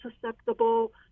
susceptible